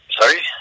sorry